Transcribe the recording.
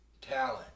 Talent